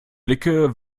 blicke